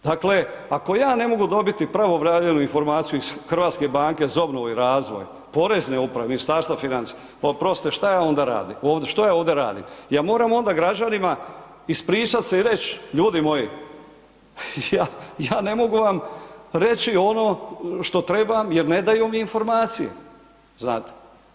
Dakle, ako ja ne mogu dobiti pravovremenu informaciju iz Hrvatske banke za obnovu i razvoju, Porezne uprave, Ministarstva financija, pa oprostite šta ja onda radim, ovde šta ja ovde radim, ja moram onda građanima ispričat se i reći ljudi moji ja ne mogu vam reći ono što trebam jer ne daju mi informacije znate.